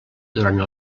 durant